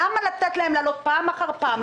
למה לתת להם לעלות פעם אחר פעם,